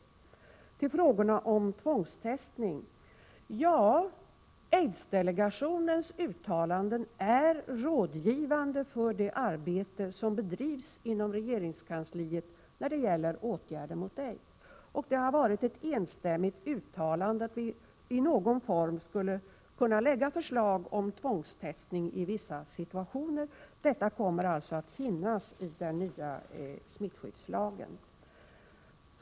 Så till frågorna om tvångstestning. Aidsdelegationens uttalanden är rådgivande för det arbete som bedrivs inom regeringskansliet när det gäller åtgärder mot aids, och det har varit ett enstämmigt uttalande att vi i någon form skulle kunna lägga förslag om tvångstestning i vissa situationer. Detta kommer alltså att finnas i den nya smittskyddslagen.